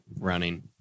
running